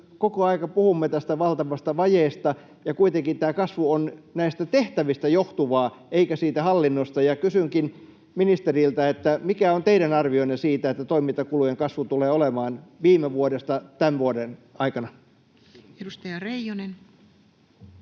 koko ajan puhumme tästä valtavasta vajeesta, ja kuitenkin tämä kasvu on näistä tehtävistä johtuvaa eikä siitä hallinnosta, ja kysynkin ministeriltä: mikä on teidän arvionne siitä, mikä toimintakulujen kasvu tulee olemaan viime vuodesta tämän vuoden aikana? [Speech